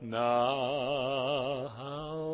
now